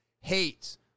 Hates